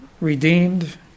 redeemed